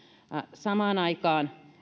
samaan aikaan